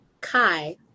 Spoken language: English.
Kai